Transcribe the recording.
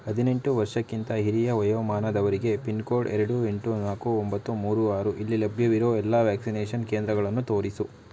ಹದಿನೆಂಟು ವರ್ಷಕ್ಕಿಂತ ಹಿರಿಯ ವಯೋಮಾನದವರಿಗೆ ಪಿನ್ಕೋಡ್ ಎರಡು ಎಂಟು ನಾಲ್ಕು ಒಂಬತ್ತು ಮೂರು ಆರು ಇಲ್ಲಿ ಲಭ್ಯವಿರೋ ಎಲ್ಲ ವ್ಯಾಕ್ಸಿನೇಷನ್ ಕೇಂದ್ರಗಳನ್ನು ತೋರಿಸು